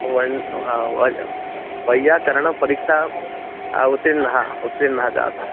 one वयं वैय्याकरणपरीक्षायाम् उत्तीर्णाः उत्तीर्णाः जाताः